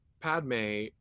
padme